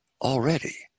already